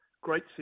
great